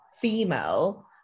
female